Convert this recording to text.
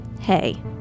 hey